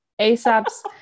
ASAP's